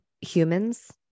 humans